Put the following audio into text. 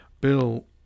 bill